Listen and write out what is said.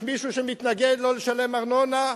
יש מישהו שמתנגד לא לשלם ארנונה?